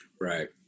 Right